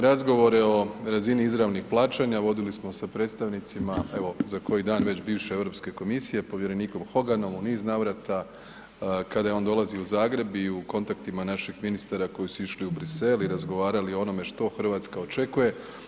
Razgovore o razini izravnih plaćanja vodili smo sa predstavnicima evo za koji dan već bivše Europske komisije, povjerenikom Hoganom u niz navrata kada je on dolazio u Zagreb i u kontaktima naših ministara koji su išli u Bruxelles i razgovarali o onome što Hrvatska očekuje.